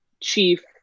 chief